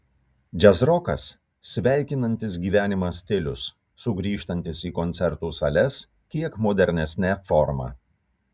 džiazrokas sveikinantis gyvenimą stilius sugrįžtantis į koncertų sales kiek modernesne forma